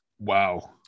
Wow